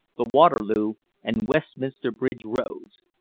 the waterloo and westminster bridge roads.